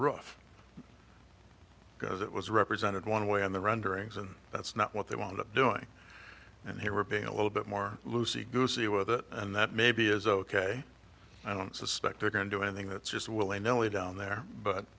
rough because it was represented one way and the renderings and that's not what they want up doing and they were being a little bit more lucy goosey with it and that maybe is ok i don't suspect they're going to do anything that's just willy nilly down there but